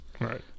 Right